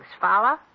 Follow